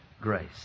grace